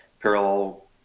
parallel